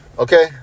Okay